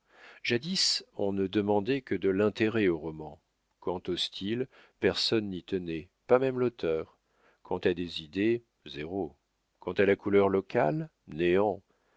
jadis on ne demandait que de l'intérêt au roman quant au style personne n'y tenait pas même l'auteur quant à des idées zéro quant à la couleur locale néant